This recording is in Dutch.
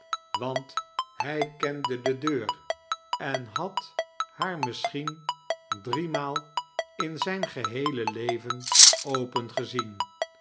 want hq kende de deur en had haar misschien drie maal in zijn geheele leven